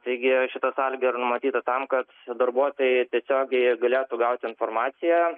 taigi šita sąlyga yra numatyta tam kad darbuotojai tiesiogiai galėtų gauti informaciją